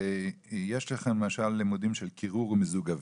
יש לכם למשל לימודים של קירור ומיזוג אוויר.